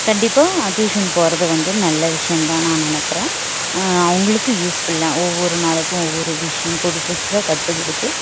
கண்டிப்பாக டியூஷன் போவது வந்து நல்ல விஷயம் தான் நான் நினைக்கிறேன் அவங்களுக்கு யூஸ்புல் தான் ஒவ்வொரு நாளுக்கும் ஒவ்வொரு விஷயம் புது புதுசாக கற்றுக் கொடுத்து